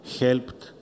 helped